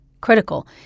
Critical